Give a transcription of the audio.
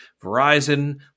Verizon